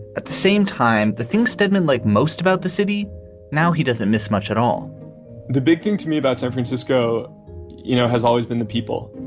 at the same time the things steadman like most about the city now, he doesn't miss much at all the big thing to me about san francisco you know has always been the people,